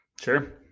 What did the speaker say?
Sure